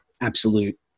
absolute